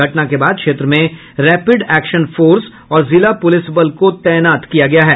घटना के बाद क्षेत्र में रैपिड एक्शन फोर्स और जिला पुलिस बल को तैनात किया गया है